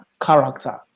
character